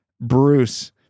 Bruce